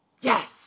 Yes